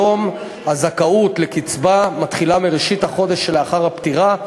היום הזכאות לקצבה מתחילה מראשית החודש שלאחר הפטירה.